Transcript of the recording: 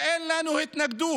וגם אין לנו התנגדות